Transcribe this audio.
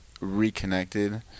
reconnected